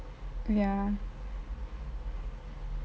ya